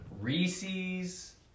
Reese's